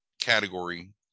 category